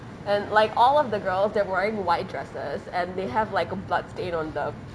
and like all of the girls they're wearing white dresses and they have like a bloodstain on the